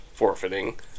forfeiting